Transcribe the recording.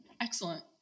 Excellent